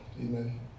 Amen